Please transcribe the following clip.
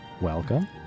Welcome